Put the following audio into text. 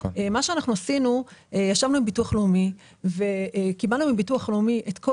ישבנו עם ביטוח לאומי וקיבלנו מהם את כל